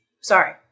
Sorry